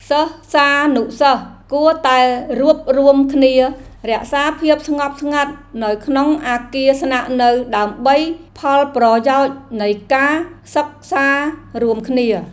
សិស្សានុសិស្សគួរតែរួបរួមគ្នារក្សាភាពស្ងប់ស្ងាត់នៅក្នុងអគារស្នាក់នៅដើម្បីផលប្រយោជន៍នៃការសិក្សារួមគ្នា។